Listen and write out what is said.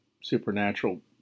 supernatural